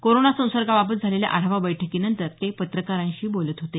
corona संसर्गाबाबत झालेल्या आढावा बैठकीनंतर ते पत्रकारांशी बोलत होते